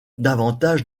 davantage